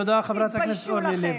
תודה, חברת הכנסת אורלי לוי.